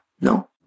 no